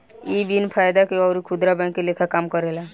इ बिन फायदा के अउर खुदरा बैंक के लेखा काम करेला